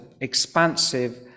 expansive